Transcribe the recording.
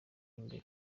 imbere